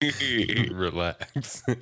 relax